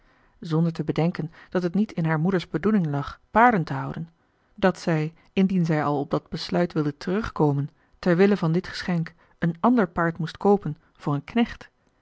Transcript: zonder te bedenken dat het niet in haar moeders bedoeling lag paarden te houden dat zij indien zij al op dat besluit wilde terugkomen terwille van dit geschenk een ander paard moest koopen voor een knecht